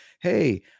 Hey